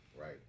right